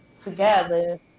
together